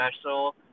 special